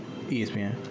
ESPN